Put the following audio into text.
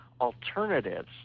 alternatives